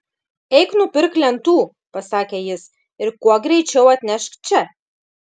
eik nupirk lentų pasakė jis ir kuo greičiau atnešk čia